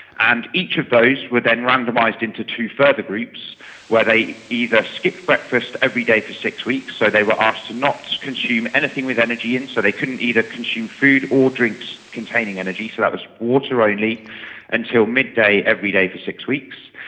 and each of those were then randomised into two further groups where they either skipped breakfast every day for six weeks, so they were asked to not's consume anything with energy in, so they couldn't either consume food or drinks containing energy, so that was water only until midday every day for six weeks.